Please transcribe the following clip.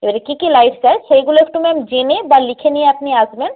এবারে কী কী লাইট চাই সেইগুলো একটু ম্যাম জেনে বা লিখে নিয়ে আপনি আসবেন